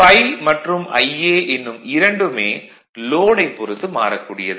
∅ மற்றும் Ia எனும் இரண்டுமே லோடைப் பொறுத்து மாறக்கூடியது